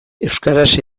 euskaraz